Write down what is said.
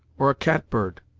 or a cat bird.